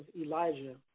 Elijah